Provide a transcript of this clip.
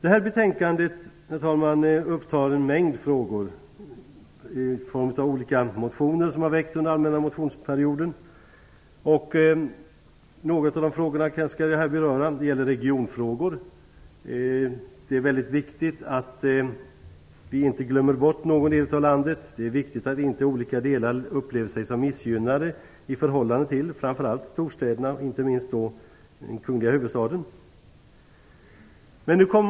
I betänkandet tar man upp en mängd frågor i form av motioner som har väckts under den allmänna motionsperioden. Några av frågorna skall jag beröra. Först gäller det regionfrågor. Det är väldigt viktigt att vi inte glömmer bort någon del av landet, och det är viktigt att olika delar inte upplever sig vara missgynnade i förhållande till framför allt storstäderna - inte minst den kungliga huvudstaden.